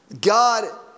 God